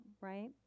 Right